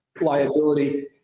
liability